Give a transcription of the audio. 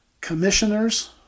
commissioners